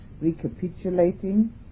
recapitulating